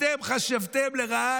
אתם חשבתם לרעה,